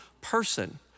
person